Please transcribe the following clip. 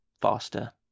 faster